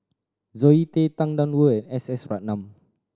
Zoe Tay Tang Da Wu and S S Ratnam